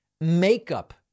Makeup